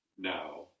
now